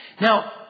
Now